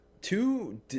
Two